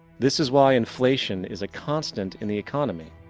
this is why inflation is a constant in the economy.